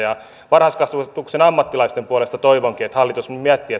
varhaiskasvatuksen ammattilaisten puolesta toivonkin että hallitus nyt miettii